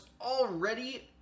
already